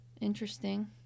interesting